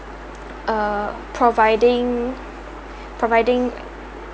err providing providing